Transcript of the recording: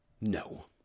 No